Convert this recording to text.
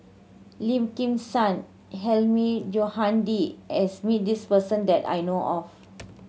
Lim Kim San Hilmi Johandi has met this person that I know of